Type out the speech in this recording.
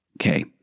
Okay